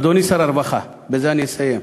אדוני שר הרווחה, בזה אני אסיים,